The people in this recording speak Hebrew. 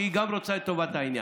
כי היא גם רוצה את טובת העניין.